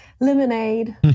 Lemonade